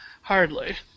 Hardly